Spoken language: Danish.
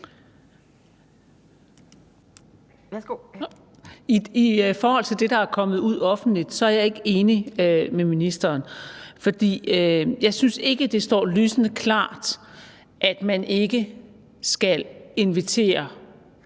I forhold til det, der er kommet ud offentligt, er jeg ikke enig med ministeren, for jeg synes ikke, at det står lysende klart, at man ikke skal invitere